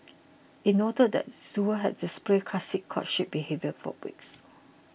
it noted that duo had displayed classic courtship behaviour for weeks